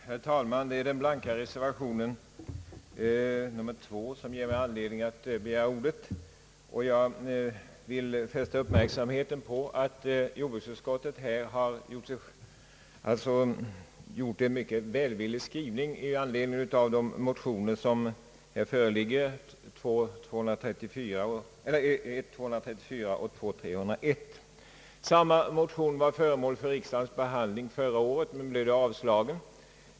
Herr talman! Det är den blanka reservationen nr 2 som ger mig anledning att begära ordet, och jag vill fästa uppmärksamheten på att jordbruksutskottet har skrivit mycket välvilligt i anledning av motionerna nummer I: 234 och II: 301. Samma motioner var föremål för riksdagens behandling förra året men blev då avslagna.